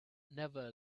never